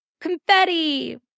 confetti